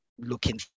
looking